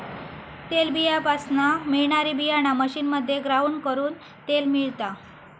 तेलबीयापासना मिळणारी बीयाणा मशीनमध्ये ग्राउंड करून तेल मिळता